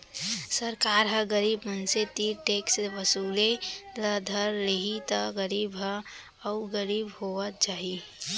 सरकार ह गरीब मनसे तीर टेक्स वसूले ल धर लेहि त गरीब ह अउ गरीब होवत जाही